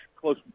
close